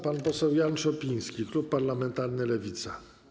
Pan poseł Jan Szopiński, klub parlamentarny Lewica.